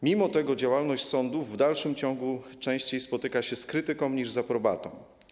Mimo tego działalność sądów w dalszym ciągu częściej spotyka się z krytyką niż z aprobatą.